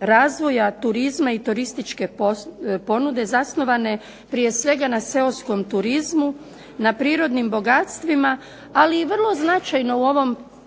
razvoja turizma i turističke ponude zasnovane prije svega na seoskom turizmu, na prirodnim bogatstvima ali i vrlo značajno u ovom